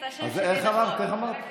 איך אמרת?